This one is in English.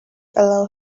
allow